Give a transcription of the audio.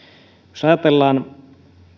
jos ajatellaan